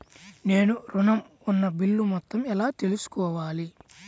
నేను ఋణం ఉన్న బిల్లు మొత్తం ఎలా తెలుసుకోవాలి?